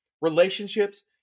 relationships